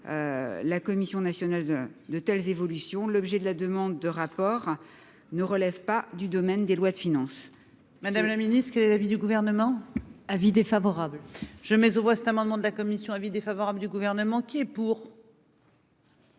la Commission nationale de telles évolutions, l'objet de la demande de rapport ne relève pas du domaine des lois de finances. Madame la Ministre que l'avis du gouvernement : avis défavorable, je mets aux voix cet amendement de la commission avis défavorable du gouvernement qui est pour.